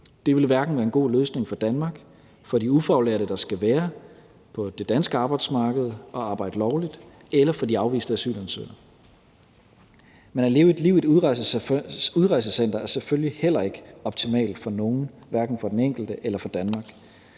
Det vil hverken være en god løsning for Danmark, for de ufaglærte, der skal være på det danske arbejdsmarked og arbejde lovligt, eller for de afviste asylansøgere. Men at leve et liv i et udrejsecenter er selvfølgelig heller ikke optimalt for nogen, hverken for den enkelte eller for Danmark.